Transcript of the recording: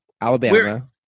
Alabama